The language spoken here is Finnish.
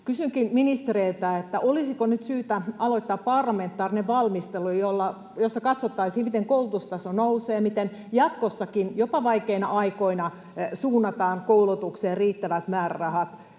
Kysynkin ministereiltä, olisiko nyt syytä aloittaa parlamentaarinen valmistelu, jossa katsottaisiin, miten koulutustaso nousee ja miten jatkossakin jopa vaikeina aikoina suunnataan koulutukseen riittävät määrärahat,